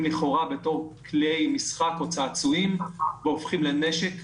לכאורה בתור כלי משחק או צעצועים והופכים לנשק,